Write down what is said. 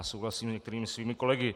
Souhlasím s některými svými kolegy.